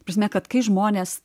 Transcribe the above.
ta prasme kad kai žmonės